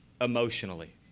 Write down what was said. emotionally